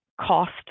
cost